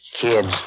Kids